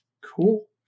cool